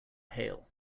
hale